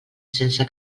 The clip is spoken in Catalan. sense